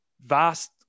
vast